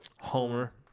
Homer